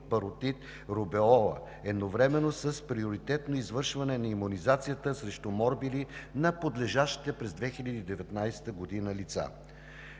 паротит, рубеола, едновременно с приоритетно извършване на имунизацията срещу морбили на подлежащите през 2019 г. лица;